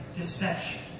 deception